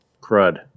crud